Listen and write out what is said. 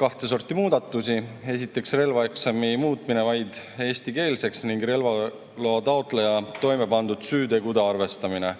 kahte sorti muudatusi: esiteks, relvaeksami muutmine vaid eestikeelseks, ning [teiseks,] relvaloa taotleja toimepandud süütegude arvestamine.